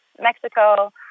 Mexico